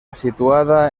situada